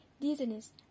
dizziness